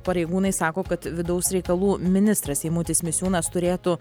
pareigūnai sako kad vidaus reikalų ministras eimutis misiūnas turėtų